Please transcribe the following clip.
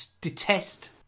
detest